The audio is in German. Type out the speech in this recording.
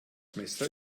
messer